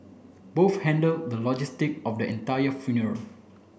both handled the logistic of the entire funeral